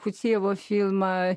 oficialu filmą